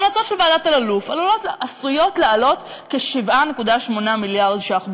ההמלצות של ועדת אלאלוף עשויות לעלות כ-7.8 מיליארד ש"ח בשנה.